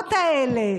לתהומות האלה?